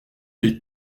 les